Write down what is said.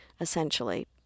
essentially